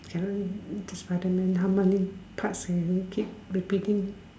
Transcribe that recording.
Spiderman how many parts we keep repeating